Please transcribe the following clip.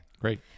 Great